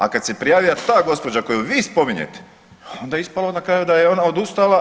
A kad se prijavila ta gospođa koju vi spominjete, onda je ispalo na kraju da je ona odustala.